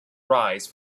rise